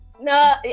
No